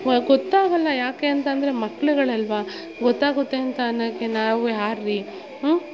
ಗೊತ್ತೇ ಆಗೋಲ್ಲ ಯಾಕೆ ಅಂತಂದರೆ ಮಕ್ಕಳುಗಳಲ್ವ ಗೊತ್ತಾಗುತ್ತೆ ಅಂತ ಅನ್ನೋಕ್ಕೆ ನಾವು ಯಾರುರೀ ಹ್ಞೂ